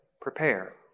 Prepare